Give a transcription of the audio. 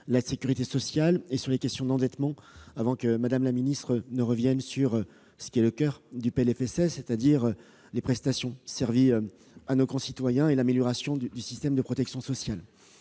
la sécurité sociale, ainsi que sur les questions d'endettement, avant que Mme la ministre ne revienne sur ce qui est le coeur du PLFSS, à savoir les prestations servies à nos concitoyens et l'amélioration du système de protection sociale.